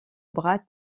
bart